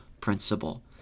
principle